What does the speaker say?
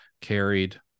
carried